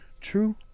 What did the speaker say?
True